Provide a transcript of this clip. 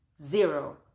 zero